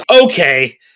okay